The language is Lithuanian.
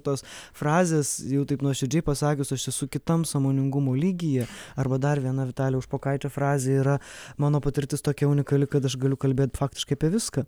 tos frazės jeigu taip nuoširdžiai pasakius aš esu kitam sąmoningumo lygyje arba dar viena vitalijaus špokaičio frazė yra mano patirtis tokia unikali kad aš galiu kalbėt faktiškai apie viską